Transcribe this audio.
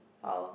oh